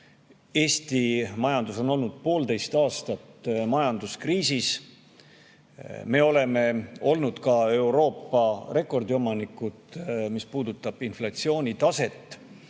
Eesti majandus on olnud poolteist aastat kriisis. Me oleme olnud ka Euroopa rekordi omanikud, mis puudutab inflatsioonitaset.